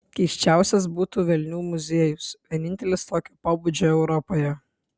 keisčiausias būtų velnių muziejus vienintelis tokio pobūdžio europoje